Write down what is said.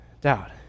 doubt